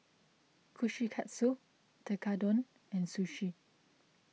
Kushikatsu Tekkadon and Sushi